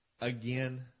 again